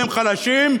והם חלשים,